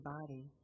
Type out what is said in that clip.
body